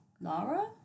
Lara